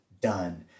done